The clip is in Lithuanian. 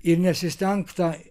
ir nesistengta